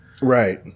Right